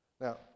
Now